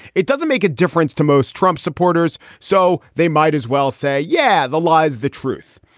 it doesn't make a difference to most trump supporters. so they might as well say, yeah, the lies, the truth.